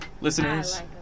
Listeners